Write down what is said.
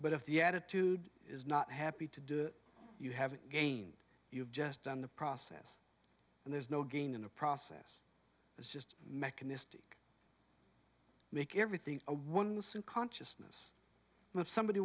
but if the attitude is not happy to do it you have again you've just done the process and there's no gain in the process it's just mechanistic make everything a one suit consciousness move somebody